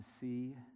see